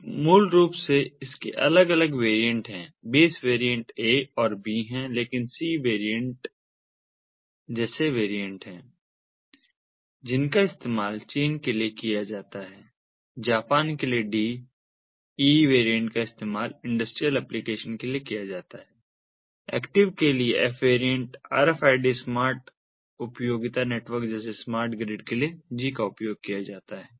अब मूल रूप से इसके अलग अलग वेरिएंट हैं बेस वेरिएंट a और b हैं लेकिन c वेरिएंट जैसे वेरिएंट हैं जिनका इस्तेमाल चीन के लिए किया जाता है जापान के लिए d e वेरिएंट का इस्तेमाल इंडस्ट्रियल एप्लिकेशन के लिए किया जाता है एक्टिव के लिए f वेरिएंट RFID स्मार्ट उपयोगिता नेटवर्क जैसे स्मार्ट ग्रिड के लिए g का उपयोग करता है